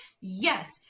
Yes